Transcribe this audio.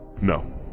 No